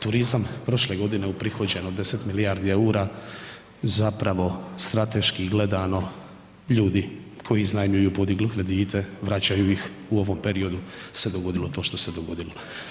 Turizam prošle godine uprihođeno 10 milijardi EUR-a zapravo strateški gledano ljudi koji iznajmljuju podignu kredite, vraćaju ih u ovom periodu se dogodilo to što se dogodilo.